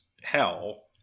hell